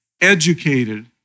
educated